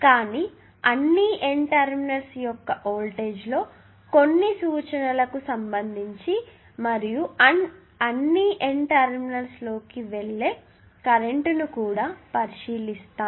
కానీ అన్ని N terminals యొక్క వోల్టేజ్ లో కొన్ని సూచనలకు సంబంధించి మరియు అన్ని N టెర్మినల్స్ లోకి వెళ్ళే కరెంటు ను కూడా పరిశీలిస్తాము